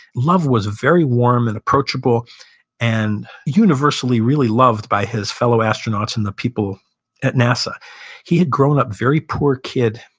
lovell was very warm and approachable and universally really loved by his fellow astronauts and the people at nasa he had grown up, very poor kid,